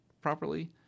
properly